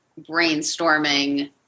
brainstorming